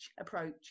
approach